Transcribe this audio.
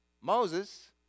Moses